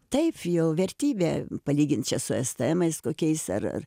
taip jau vertybė palygint čia su esemais kokiais ar ar